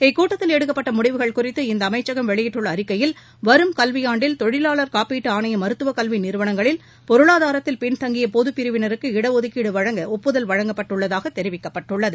இக்கூட்டத்தில் எடுக்கப்பட்ட முடிவுகள் குறித்து இந்த அமைச்சகம் வெளியிட்டுள்ள அறிக்கையில் வரும் கல்வியாண்டில் தொழிலாளர் காப்பீட்டு ஆணைய மருத்துவ கல்வி நிறுவனங்களில் பொருளாதாரத்தில் பின்தங்கிய பொது பிரிவனருக்கு இடஒதுக்கீடு வழங்க ஒப்புதல் வழங்கப்பட்டுள்ளதாக தெரிவிக்கப்பட்டுள்ளது